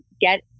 get